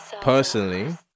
personally